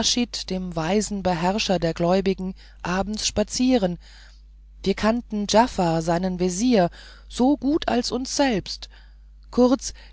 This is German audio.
dem weisen beherrscher der gläubigen abends spazieren wir kannten giaffar seinen vezier so gut als uns selbst kurz